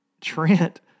Trent